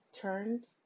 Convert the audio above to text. turned